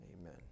amen